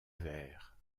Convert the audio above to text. veyre